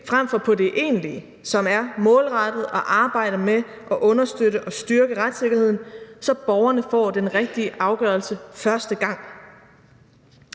fremfor på det egentlige, som er målrettet at arbejde med og understøtte at styrke retssikkerheden, så borgerne får den rigtige afgørelse første gang.